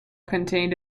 contained